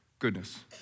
Goodness